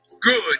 good